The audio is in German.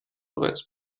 bereits